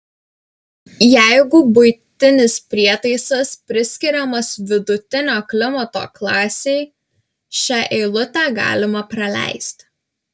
jeigu buitinis prietaisas priskiriamas vidutinio klimato klasei šią eilutę galima praleisti